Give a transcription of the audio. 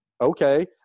okay